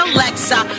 Alexa